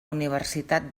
universitat